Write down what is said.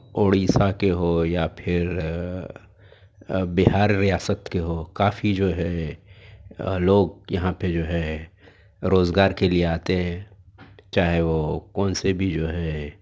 اوڑیسہ کے ہو یا پھر بِھار ریاست کے ہو کافی جو ہے لوگ یہاں پہ جو ہے روزگار کے لئے آتے ہیں چاہے وہ کون سے بھی جو ہے